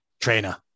trainer